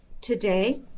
Today